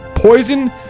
poison